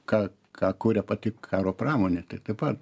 ką ką kuria pati karo pramonė tai taip pat